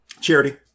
Charity